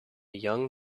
young